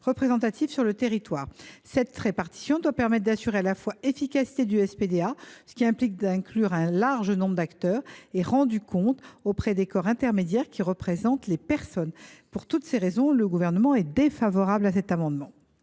représentatives de chaque territoire. Cette répartition doit permettre d’assurer à la fois l’efficacité du SPDA, qui implique d’inclure un large nombre d’acteurs, et la reddition de comptes auprès des corps intermédiaires qui représentent les personnes. Pour toutes ces raisons, le Gouvernement émet un avis défavorable sur cet amendement.